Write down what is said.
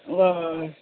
वोय